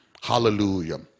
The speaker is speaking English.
Hallelujah